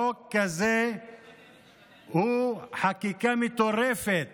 חוק כזה הוא חקיקה מטורפת